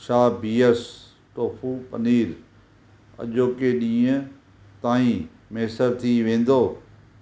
छा ब्रियस टोफू पनीर अॼोके ॾींह ताईं मुयसरु थी वेंदो